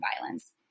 violence